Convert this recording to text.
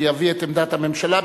ויביא את עמדת הממשלה.